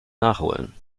nachholen